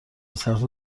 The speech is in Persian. صرف